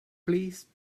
please